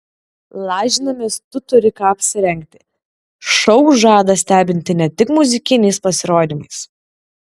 lažinamės tu turi ką apsirengti šou žada stebinti ne tik muzikiniais pasirodymais